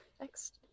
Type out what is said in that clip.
Next